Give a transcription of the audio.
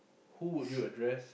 who would you address